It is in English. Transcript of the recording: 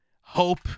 hope